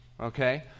okay